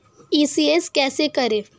ECS कैसे करें?